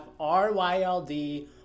RYLD